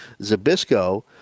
Zabisco